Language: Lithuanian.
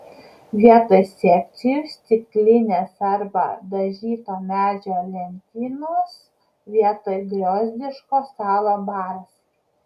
vietoj sekcijų stiklinės arba dažyto medžio lentynos vietoj griozdiško stalo baras